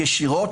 ישירות,